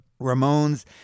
Ramones